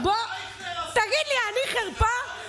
תגיד לי, אני חרפה?